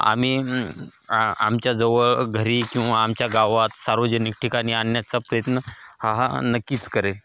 आम्ही आ आमच्या जवळ घरी किंवा आमच्या गावात सार्वजनिक ठिकाणी आणण्याचा प्रयत्न हा नक्कीच करेन